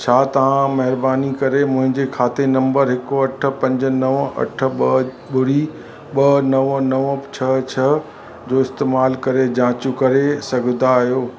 छा तव्हां महिरबानी करे मुंहिंजे खाते नंबर हिकु अठ पंज नव अठ ॿ ॿुड़ी ॿ नव नव छह छ्ह जो इस्तेमालु करे जाच करे सघंदा आहियो